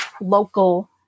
local